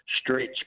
stretch